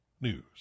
News